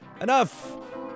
enough